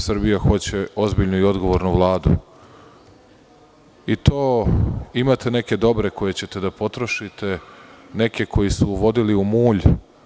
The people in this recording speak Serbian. Srbija hoće ozbiljnu i odgovornu Vladu, i to imate neke dobre koje ćete da potrošite, neke koje su uvodili u mulj.